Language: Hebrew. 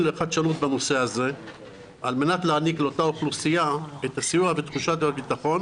לחדשנות בנושא הזה על מנת להעניק לאותה אוכלוסייה את הסיוע ותחושת הביטחון